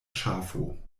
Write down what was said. ŝafo